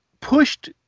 pushed